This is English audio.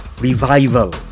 revival